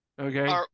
Okay